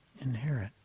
inherit